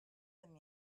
them